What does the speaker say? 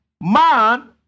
man